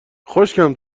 خشکم